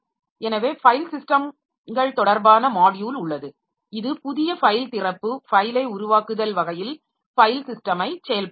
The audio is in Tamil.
எனவே ஃபைல் சிஸ்டம்கள் தொடர்பான மாட்யுல் உள்ளது இது புதிய ஃபைல் திறப்பு ஃபைலை உருவாக்குதல் வகையில் ஃபைல் சிஸ்டமை செயல்படுத்தும்